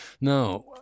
Now